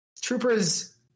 Troopers